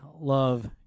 love